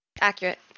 Accurate